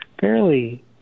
fairly